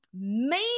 man